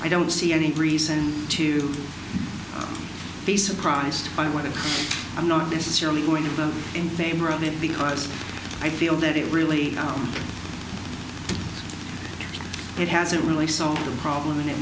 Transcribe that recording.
i don't see any reason to be surprised by what if i'm not necessarily going to vote in favor of it because i feel that it really it hasn't really solve the problem and it